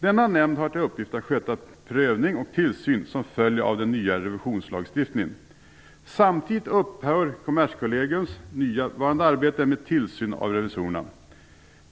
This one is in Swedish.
Denna nämnd skall ha till uppgift att sköta prövning och tillsyn som följer av den nya revisionslagstiftningen. Samtidigt skall Kommerskollegiums nuvarande arbete med tillsyn av revisorerna upphöra.